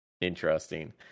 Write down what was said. interesting